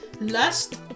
lust